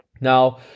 Now